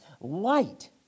Light